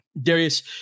Darius